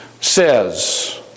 says